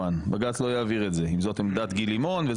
בג"ץ לא יעביר את זה אם זאת עמדת גיל לימון.